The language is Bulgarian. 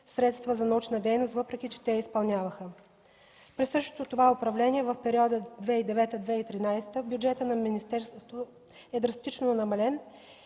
средства за научна дейност, въпреки че те я изпълняваха. При същото това управление в периода 2009-2013 г. бюджетът на министерството е драстично намален.